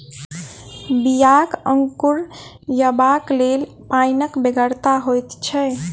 बियाक अंकुरयबाक लेल पाइनक बेगरता होइत छै